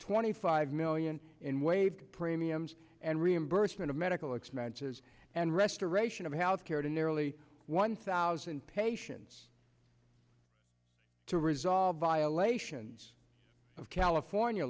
twenty five million in waived premiums and reimbursement of medical expenses and restoration of health care to nearly one thousand patients to resolve violations of california